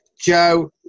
Joe